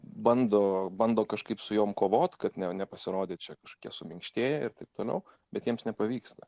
bando bando kažkaip su jom kovot kad ne nepasirodyt čia kažkokie suminkštėję ir taip toliau bet jiems nepavyksta